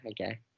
okay